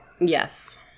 yes